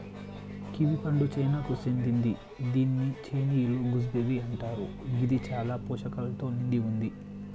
kiwi పండు చైనాకు సేందింది గిదాన్ని చైనీయుల గూస్బెర్రీ అంటరు గిది చాలా పోషకాలతో నిండి వుంది